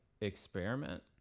experiment